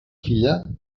filla